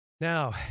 Now